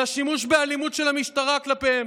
על השימוש באלימות של המשטרה כלפיהם,